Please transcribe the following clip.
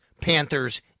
Panthers